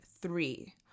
three